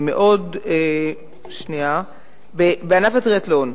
בענף הטריאתלון: